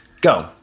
Go